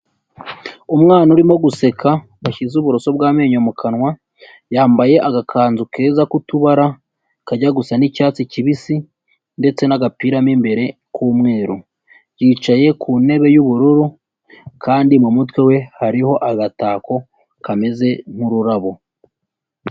Umwana urimo guseka yashyize uburoso bw'amenyo mu kanwa, yambaye agakanzu keza k'utubara kajya gusa n'icyatsi kibisi ndetse n'agapira mo imbere k'umweru, yicaye ku ntebe y'ubururu kandi mu mutwe we hariho agatako kameze nk'ururabo.